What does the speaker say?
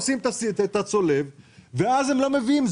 עושים את הצולב ואז הם לא מביאים.